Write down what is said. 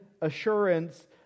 assurance